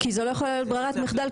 כי זה לא יכול להיות ברירת מחדל,